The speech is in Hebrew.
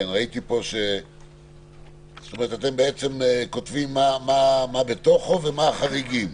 ראיתי שאתם בעצם כותבים מה בתוך ומה החריגים,